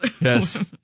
Yes